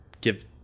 give